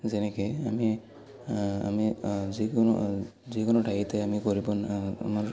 যেনেকে আমি আমি যিকোনো যিকোনো ঠাইতে আমি কৰিব আমাৰ